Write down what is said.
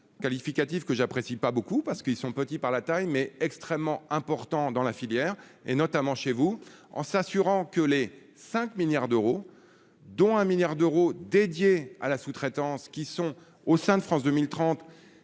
qualificatif que j'apprécie pas beaucoup parce qu'ils sont petits par la taille mais extrêmement important dans la filière et notamment chez vous, en s'assurant que les 5 milliards d'euros, dont 1 milliard d'euros dédié à la sous-traitance qui sont au sein de France 2030